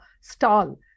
stall